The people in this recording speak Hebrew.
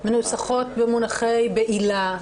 מנוסחות במונחי בעילה,